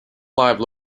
live